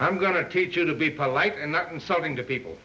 i'm going to teach you to be polite and not insulting to people